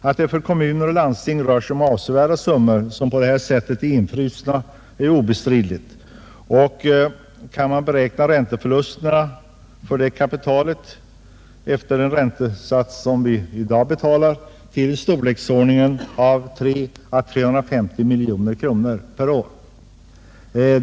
Att det för kommuner och landsting rör sig om avsevärda summor som på detta sätt är infrusna är obestridligt, och vi kan beräkna ränteförlusterna för detta kapital efter de räntesatser som i dag gäller till 300 å 350 miljoner kronor per å.